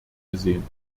gesehen